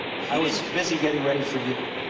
i was busy getting ready for you.